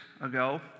ago